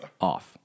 off